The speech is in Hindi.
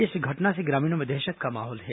इस घटना से ग्रामीणों में दहशत का माहौल है